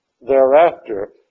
thereafter